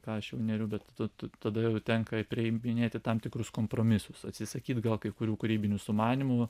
ką aš jau neriu bet tu tada jau tenka priiminėti tam tikrus kompromisus atsisakyti gal kai kurių kūrybinių sumanymų